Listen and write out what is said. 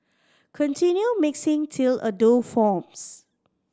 continue mixing till a dough forms